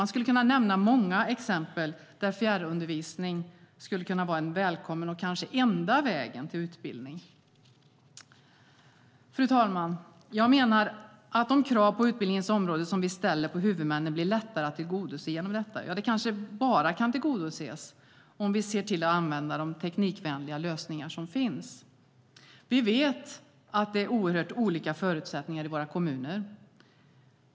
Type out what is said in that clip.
Man skulle kunna nämna många exempel där fjärrundervisning kan vara en välkommen väg, och kanske den enda vägen, till utbildning. Fru talman! Jag menar att de krav på utbildningens område som vi ställer på huvudmännen blir lättare att tillgodose genom detta. De kanske till och med bara kan tillgodoses om vi ser till att använda de teknikvänliga lösningar som finns. Vi vet att det är oerhört olika förutsättningar i våra kommuner.